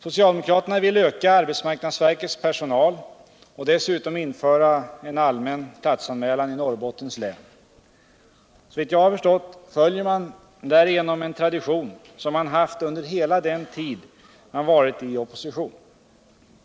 Socialdemokraterna vill öka arbetsmarknadsverkets personal, och dessutom vill man införa allmän platsanmälan i Norrbottens län. Såvitt jag kan förstå följer man därigenom en tradition som man haft under hela den tid man varit i opposition.